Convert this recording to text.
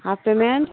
half payment